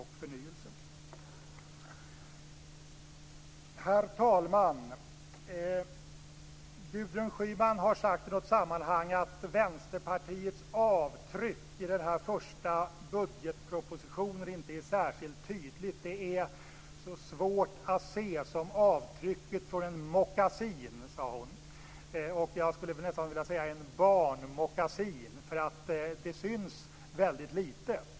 Herr talman! Gudrun Schyman har sagt i något sammanhang att Vänsterpartiets avtryck i den här första budgetpropositionen inte är särskilt tydligt. Det är så svårt att se som avtrycket från en mockasin, sade hon. Jag skulle nästan vilja säga en barnmockasin. Det syns väldigt litet.